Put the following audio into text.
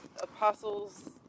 apostles